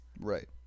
Right